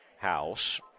house